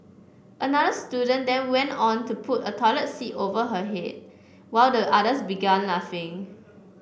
another student then went on to put a toilet seat over her head while the others began laughing